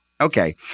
Okay